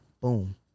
Boom